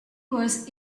was